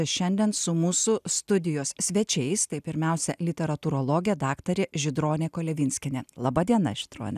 šiandien su mūsų studijos svečiais tai pirmiausia literatūrologė daktarė žydronė kolevinskienė laba diena žydrone